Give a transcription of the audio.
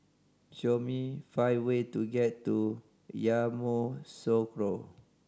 show me five way to get to Yamoussoukro